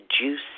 juice